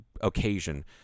occasion